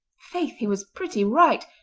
faith, he was pretty right!